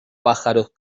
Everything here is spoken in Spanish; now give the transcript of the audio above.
pájaros